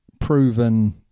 proven